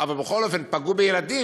אבל בכל אופן פגעו בילדים.